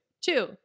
Two